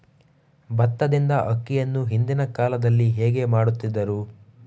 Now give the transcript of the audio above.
ಭತ್ತದಿಂದ ಅಕ್ಕಿಯನ್ನು ಹಿಂದಿನ ಕಾಲದಲ್ಲಿ ಹೇಗೆ ಮಾಡುತಿದ್ದರು?